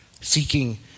Seeking